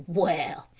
well,